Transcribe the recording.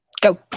Go